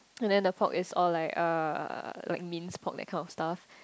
and then the pork is all like uh like minced pork that kind of stuff